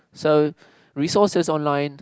so resources online